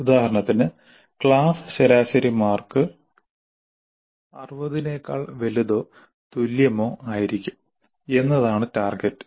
ഉദാഹരണത്തിന് "ക്ലാസ് ശരാശരി മാർക്ക് 60 നേക്കാൾ വലുതോ തുല്യമോ ആയിരിക്കും" എന്നതാണ് ടാർഗെറ്റ്